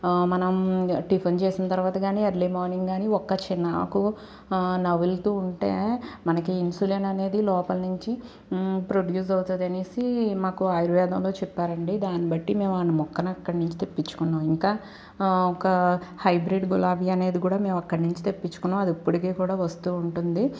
మనం టిఫన్ చేసిన తర్వాత కానీ ఎర్లీ మార్నింగ్ కానీ ఒక్క చిన్న ఆకు నములుతూ ఉంటే మనకి ఇన్సులిన్ అనేది లోపలి నుంచి ప్రొడ్యూస్ అవుతుంది అనేసి మాకు ఆయుర్వేదంలో చెప్పారండి దాన్ని బట్టి మేము ఆ మొక్కను అక్కడి నుంచి తెప్పించుకున్నాం ఇంకా ఒక హైబ్రిడ్ గులాబీ అనేది కూడా మేము అక్కడి నుంచి తెప్పించుకున్నాం అది ఇప్పటికీ కూడా వస్తూ ఉంటుంది